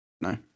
no